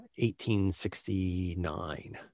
1869